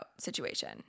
situation